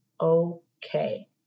okay